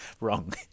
wrong